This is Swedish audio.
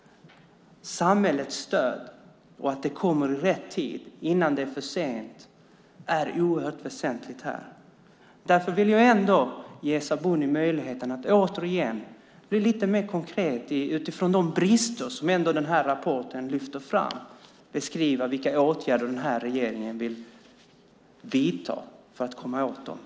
Samhällets stöd och att det kommer i rätt tid innan det är för sent är oerhört väsentligt här. Därför vill jag ändå ge Sabuni möjligheten att lite mer konkret, utifrån de brister som rapporten lyfter fram, beskriva vilka åtgärder den här regeringen vill vidta för att komma åt problemet.